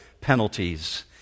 penalties